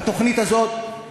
בתוכנית הזאת,